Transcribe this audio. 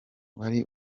wari